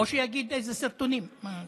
או שיגיד איזה סרטונים.